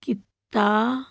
ਕੀਤਾ